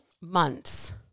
months